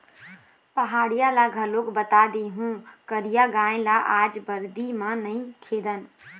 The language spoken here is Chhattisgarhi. पहाटिया ल घलोक बता देहूँ करिया गाय ल आज बरदी म नइ खेदन